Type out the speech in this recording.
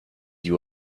you